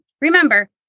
remember